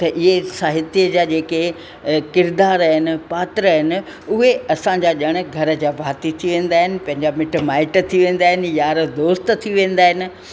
त इहे साहित्य जा जेके किरिदार आहिनि पात्र आहिनि उहे असांजा ॼण घर जा भाती थी वेंदा आहिनि पंहिंजा मिट माइट थी वेंदा आहिनि यार दोस्त थी वेंदा आहिनि